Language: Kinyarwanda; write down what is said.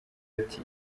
ati